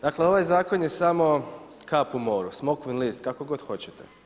Dakle ovaj zakon je samo kap u moru, smokvin list, kako god hoćete.